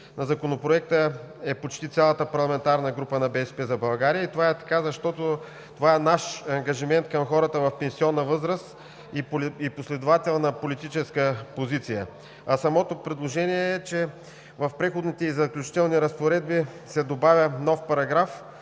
на Законопроекта е почти цялата парламентарна група на „БСП за България“. Това е така, защото това е наш ангажимент към хората в пенсионна възраст и последователната политическа позиция. Самото предложение е, че в Преходните и заключителните разпоредби се добавя нов параграф,